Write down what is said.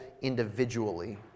individually